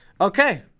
Okay